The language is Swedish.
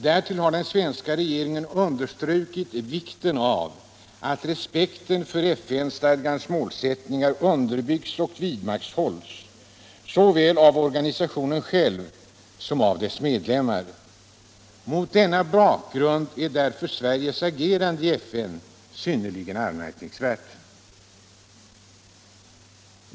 Därtill har den svenska regeringen understrukit vikten av att respekten för FN stadgans målsättningar underbyggs och vidmakthålls, såväl av organisationen själv som av dess medlemmar. Mot denna bakgrund är därför Sveriges agerande i FN synnerligen anmärkningsvärt.